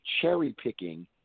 cherry-picking